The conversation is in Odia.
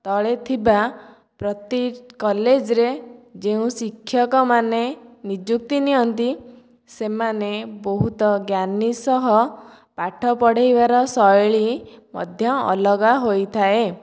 ତଳେ ଥିବା ପ୍ରତି କଲେଜରେ ଯେଉଁ ଶିକ୍ଷକମାନେ ନିଯୁକ୍ତି ନିଅନ୍ତି ସେମାନେ ବହୁତ ଜ୍ଞାନୀ ସହ ପାଠ ପଢ଼େଇବାର ଶୈଳି ମଧ୍ୟ ଅଲଗା ହୋଇଥାଏ